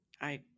I-